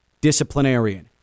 disciplinarian